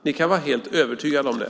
Ni kan vara helt övertygade om det.